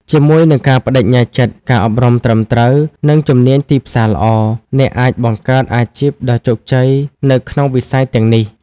ជាមួយនឹងការប្តេជ្ញាចិត្ត ការអប់រំត្រឹមត្រូវ និងជំនាញទីផ្សារល្អ អ្នកអាចបង្កើតអាជីពដ៏ជោគជ័យនៅក្នុងវិស័យទាំងនេះ។